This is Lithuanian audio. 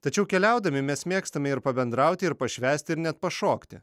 tačiau keliaudami mes mėgstame ir pabendrauti ir pašvęsti ir net pašokti